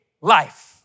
life